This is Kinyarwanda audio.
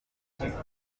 arangwa